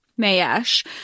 mayesh